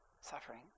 suffering